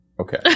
Okay